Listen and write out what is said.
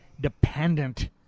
dependent